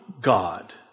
God